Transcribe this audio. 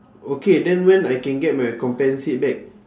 okay then when I can get my compensate back